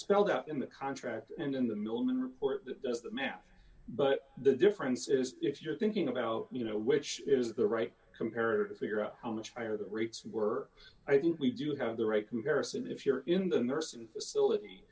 spelled out in the contract and in the millman report it does the math but the difference is if you're thinking about how you know which is the right comparative figure out how much higher the rates were i think we do have the right comparison if you're in the nurse and facility